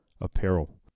apparel